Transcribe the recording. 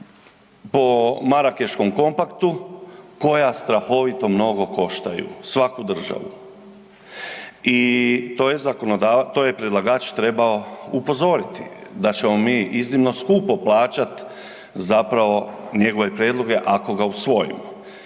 po Marakeškom kompaktu koja strahovito mnogo koštaju svaku državu. I to je zakonodavac, to je predlagač trebao upozoriti da ćemo mi iznimno skupo plaćati zapravo njegove prijedloge ako ga usvojimo.